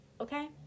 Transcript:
Okay